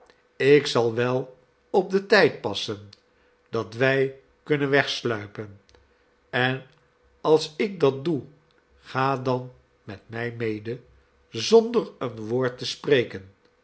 ik zal wel op den tijd passen dat wij kunnen wegsluipen en als ik dat doe ga dan met mij mede zonder een woord te spreken